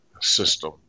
system